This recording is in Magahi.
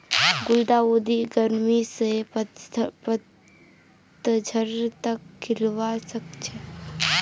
गुलदाउदी गर्मी स पतझड़ तक खिलवा सखछे